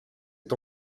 est